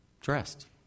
dressed